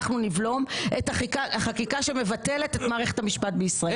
אנחנו נבלום את החקיקה שמבטל את מערכת המשפט בישראל.